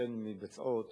אכן מתבצעות,